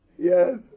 Yes